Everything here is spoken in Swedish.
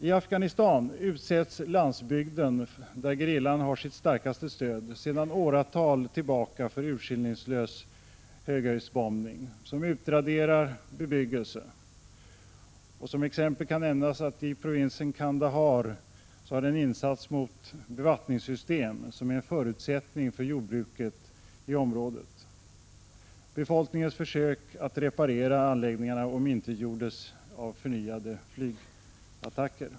I Afghanistan utsätts landsbygden, där gerillan har sitt starkaste stöd, sedan åratal tillbaka för urskillningslös höghöjdsbombning, som utraderar bebyggelse. Som exempel kan nämnas att i provinsen Kandahar har sådan bombning insatts mot bevattningssystem, som är en förutsättning för jordbruket i området. Befolkningens försök att reparera anläggningarna omintetgjordes av förnyade bombattacker.